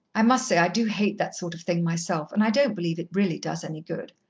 i must say i do hate that sort of thing myself, and i don't believe it really does any good.